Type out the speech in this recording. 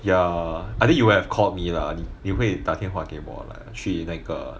ya I think you have called me lah 你会打电话去那个